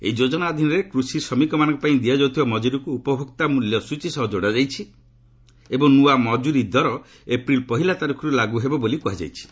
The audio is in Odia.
ଏହି ଯୋକ୍ତନା ଅଧୀନରେ କୃଷି ଶ୍ରମିକମାନଙ୍କ ପାଇଁ ଦିଆଯାଉଥିବା ମଜୁରୀକୁ ଉପଭୋକ୍ତା ମ୍ବଲ୍ୟ ସ୍ୱଚୀ ସହ ଯୋଡ଼ା ଯାଇଛି ଏବଂ ନୂଆ ମଜୁରୀ ଦର ଏପ୍ରିଲ୍ ପହିଲା ତାରିଖରୁ ଲାଗୁ ହେବ ବୋଲି କୁହାଯାଇଛି